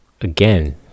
again